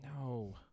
No